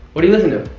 what do you listen to?